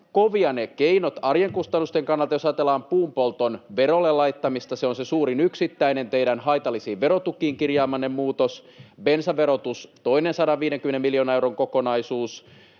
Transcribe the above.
kovia ne keinot arjen kustannusten kannalta, jos ajatellaan puun polton verolle laittamista. Se on se suurin yksittäinen teidän haitallisiin verotukiin kirjaamanne muutos, bensaverotus toinen, 150 miljoonan euron kokonaisuus.